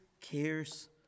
cares